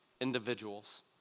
individuals